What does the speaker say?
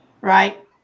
right